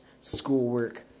schoolwork